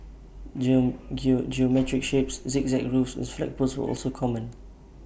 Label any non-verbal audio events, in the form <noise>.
<unintelligible> geometric shapes zigzag roofs and flagpoles were also common